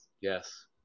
yes